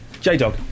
J-Dog